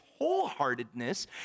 wholeheartedness